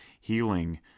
healing